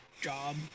job